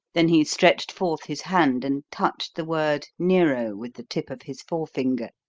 then he stretched forth his hand and touched the word nero with the tip of his forefinger.